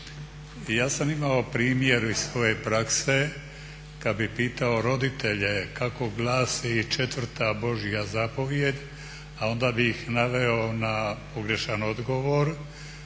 Ja sam imao primjer iz svoje prakse, kad bi pitao roditelje kako glasi četvrta božja zapovijed, a onda bi ih naveo na pogrešan odgovor